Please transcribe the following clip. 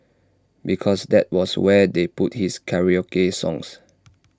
because that was where they put his karaoke songs